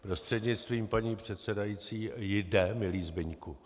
Prostřednictvím paní předsedající, jde, milý Zbyňku.